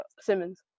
Simmons